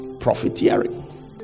Profiteering